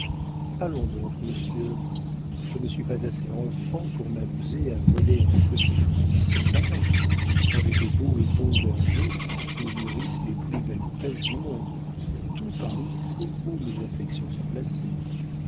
allons donc monsieur je ne suis pas assez enfant pour m'amuser à voler un petit fruit sauvage quand j'ai de beaux et bons vergers où mûrissent les plus belles pêches du monde tout paris sait où mes affections sont placées